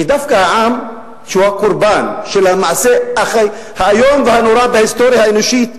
שדווקא העם שהוא הקורבן של המעשה האיום והנורא בהיסטוריה האנושית,